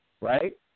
right